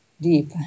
deep